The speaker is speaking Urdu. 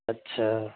اچھا